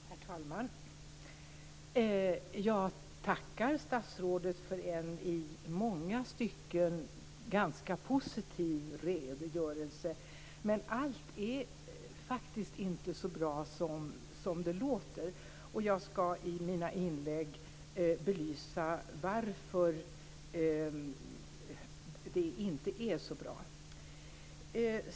Herr talman! Jag tackar statsrådet för en i många stycken ganska positiv redogörelse. Men allt är faktiskt inte så bra som det låter. Jag skall i mina inlägg belysa varför det inte är så bra.